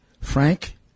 Frank